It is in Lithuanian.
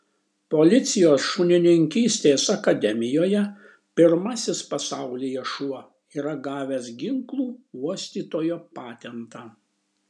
policijos šunininkystės akademijoje pirmasis pasaulyje šuo yra gavęs ginklų uostytojo patentą